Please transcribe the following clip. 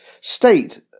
State